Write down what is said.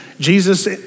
Jesus